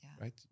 right